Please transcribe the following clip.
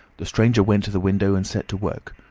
the stranger went to the window and set to work,